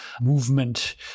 movement